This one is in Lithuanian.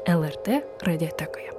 lrt radiotekoje